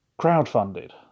crowdfunded